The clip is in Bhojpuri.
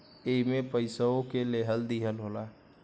एईमे पइसवो के लेहल दीहल होला